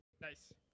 nice